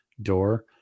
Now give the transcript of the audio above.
door